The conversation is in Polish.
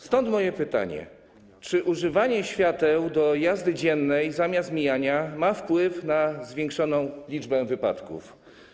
Stąd moje pytanie: Czy używanie świateł do jazdy dziennej zamiast świateł mijania ma wpływ na zwiększoną liczbę wypadków?